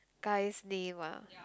guys name ah